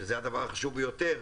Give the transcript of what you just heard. שזה הדבר החשוב ביותר,